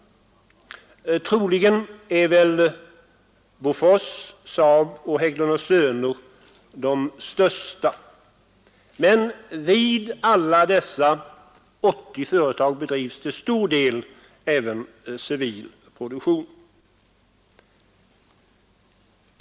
Troligen är Bofors, SAAB och Hägglund & Söner de största. Men vid alla dessa 80 företag bedrivs till stor del även civil produktion.